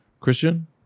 christian